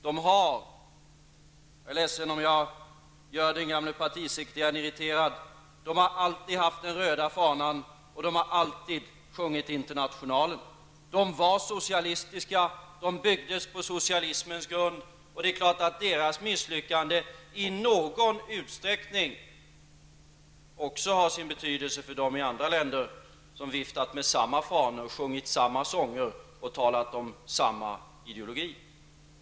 Jag är ledsen om jag gör den gamle partisekreteraren irriterad, men dessa länder har alltid haft den röda fanan och de har alltid sjungit Internationalen. De var socialistiska, och de byggdes på socialismens grund. Det är klart att deras misslyckande i någon utsträckning också har sin betydelse för dem i andra länder som viftat med likadana fanor, sjungit samma sånger och talat om samma ideologi.